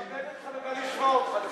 אני מכבד אותך ובא לשמוע אותך,